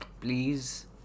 please